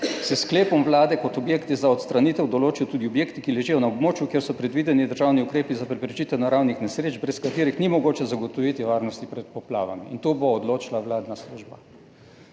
s sklepom Vlade kot objekti za odstranitev določijo tudi objekti, ki ležijo na območju, kjer so predvideni državni ukrepi za preprečitev naravnih nesreč, brez katerih ni mogoče zagotoviti varnosti pred poplavami, in o tem bo odločila vladna služba.